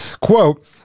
quote